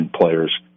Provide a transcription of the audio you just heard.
players